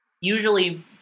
usually